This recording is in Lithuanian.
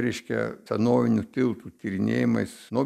reiškia senovinių tiltų tyrinėjimais nuo